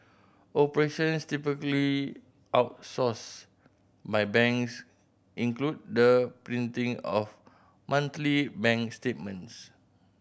operations typically outsourced by banks include the printing of monthly bank statements